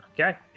Okay